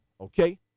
okay